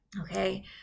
Okay